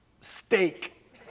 steak